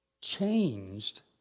changed